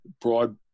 broad